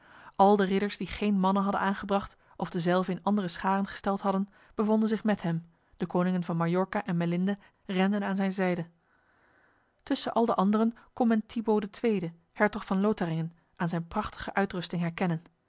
al de ridders die geen mannen hadden aangebracht of dezelve in andere scharen gesteld hadden bevonden zich met hem de koningen van majorca en melinde renden aan zijn zijde tussen al de anderen kon men thibaut ii hertog van lotharingen aan zijn prachtige uitrusting herkennen